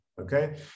okay